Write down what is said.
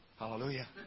Hallelujah